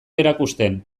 erakusten